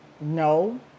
no